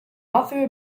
author